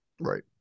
Right